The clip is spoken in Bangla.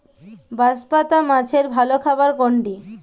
বাঁশপাতা মাছের ভালো খাবার কোনটি?